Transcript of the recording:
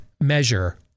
measure